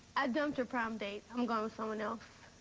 i dumped her prom date. i'm going with someone else.